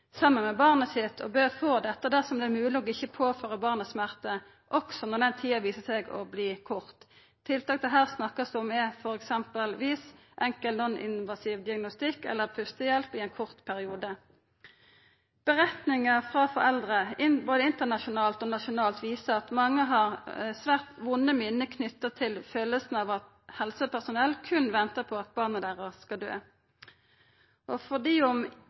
saman med barnet sitt og bør få dette dersom det er mogleg og ikkje påfører barnet smerter, også når den tida viser seg å verta kort. Tiltak det her er snakk om, er f.eks. enkel non-invasiv diagnostikk eller pustehjelp i ein kort periode. Forteljingar frå foreldre, både internasjonalt og nasjonalt, viser at mange har svært vonde minne knytt til kjensla av at helsepersonell berre ventar på at barnet deira skal døy. Sjølv om overlevingstida til trisomi 13-barn og